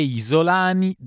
isolani